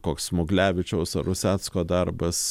koks smuglevičiaus ar rusecko darbas